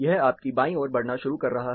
यह आपकी बाईं ओर बढ़ना शुरू कर रहा है